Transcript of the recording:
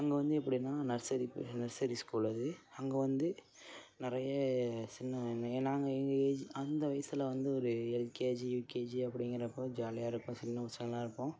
அங்கே வந்து எப்படினா நர்சரி நர்சரி ஸ்கூல் அது அங்கே வந்து நிறைய சின்ன நாங்கள் இங்கே ஏஜ் அந்த வயசில் வந்து ஒரு எல்கேஜி யுகேஜி அப்படிங்கறப்போ ஜாலியாக இருப்போம் சின்ன பசங்களா இருப்போம்